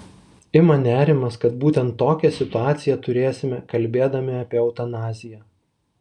ima nerimas kad būtent tokią situaciją turėsime kalbėdami apie eutanaziją